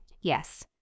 yes